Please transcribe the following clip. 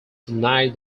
denied